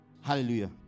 hallelujah